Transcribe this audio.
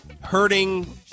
hurting